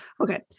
Okay